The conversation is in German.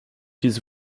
diese